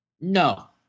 No